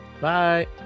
Bye